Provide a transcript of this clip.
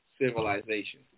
civilization